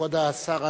כבוד השר,